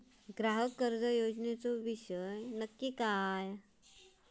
ग्राहक कर्ज योजनेचो विषय काय नक्की?